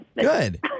Good